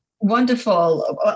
Wonderful